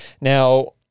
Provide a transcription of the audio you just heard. Now